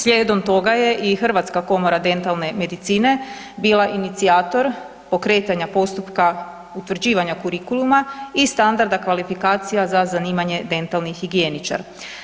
Slijedom toga je Hrvatska komora dentalne medicine bila inicijator pokretanja postupka utvrđivanja kurikuluma i standarda kvalifikacija za zanimanje dentalni higijeničar.